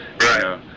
Right